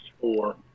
four